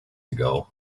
ago